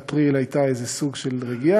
עד אפריל היה סוג של רגיעה,